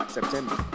September